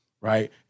right